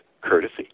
courtesy